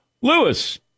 Lewis